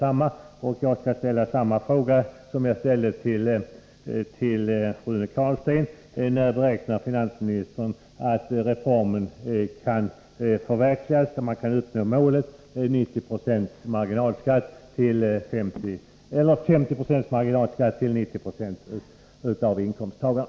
Jag skall därför ställa samma fråga till finansministern som den jag ställde till Rune Carlstein: När räknar finansministern med att reformen kan förverkligas, så att man uppnår målet 50 20 marginalskatt för 90 96 av inkomsttagarna?